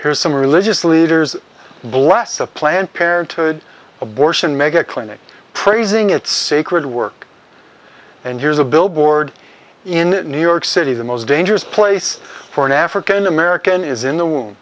here's some religious leaders bless the planned parenthood abortion mega clinic praising its sacred work and here's a billboard in new york city the most dangerous place for an african american is in